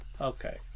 okay